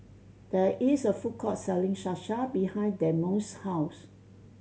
there is a food court selling Salsa behind Dameon's house